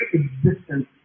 existence